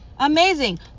Amazing